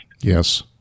yes